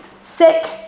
sick